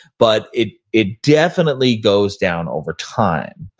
but it it definitely goes down over time.